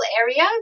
area